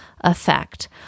effect